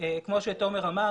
כמו שתומר אמר,